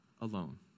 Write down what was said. alone